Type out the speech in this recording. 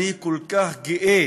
אני כל כך גאה